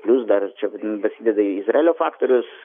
plius dar čia dasideda izraelio faktorius